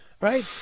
right